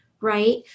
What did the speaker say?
right